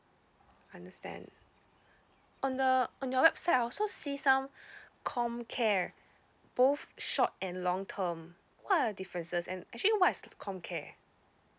understand on the on your website I also see some comcare both short and long term what are the differences and actually what is the comcare